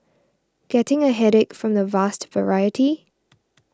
getting a headache from the vast variety